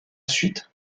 suite